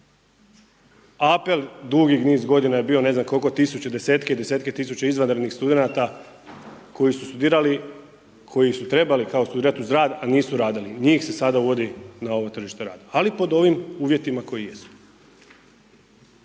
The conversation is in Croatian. apel dugi niz godina je bio ne znam koliko tisuća, desetke i desetke tisuća izvanrednih studenata koji su studirali koji su trebali kao studirati uz rad a nisu radili, njih se sada uvodi na ovo tržište rada ali po ovim uvjetima koji jesu.